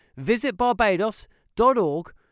visitbarbados.org